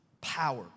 power